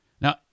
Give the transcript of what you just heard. Now